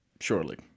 surely